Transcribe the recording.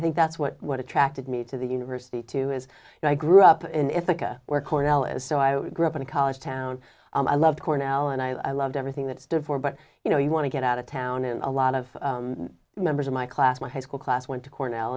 i think that's what what attracted me to the university too is that i grew up in ithaca where cornell is so i grew up in a college town and i love cornell and i loved everything that divorce but you know you want to get out of town in a lot of members of my class my high school class went to cornell